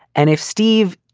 and if steve,